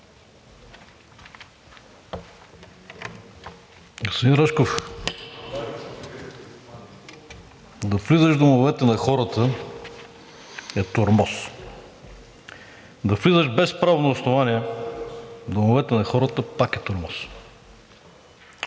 Господин Рашков, да влизаш в домовете на хората, е тормоз, да влизаш без правно основание в домовете на хората, пак е тормоз.